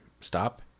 stop